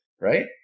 right